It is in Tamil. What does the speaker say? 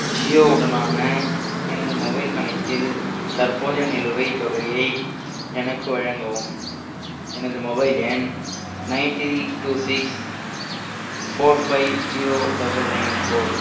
ஜியோ உடனான எனது மொபைல் கணக்கில் தற்போதைய நிலுவைத் தொகையை எனக்கு வழங்கவும் எனது மொபைல் எண் nine three two six four five zero double nine four